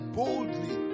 boldly